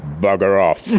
bugger off!